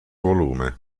volume